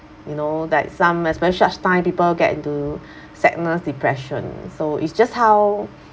you know that some especially such time people get into sadness depression so it's just how